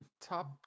Top